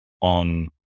on